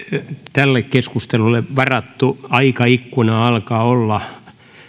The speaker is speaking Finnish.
tälle keskustelulle varattu aikaikkuna alkaa olla